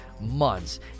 Months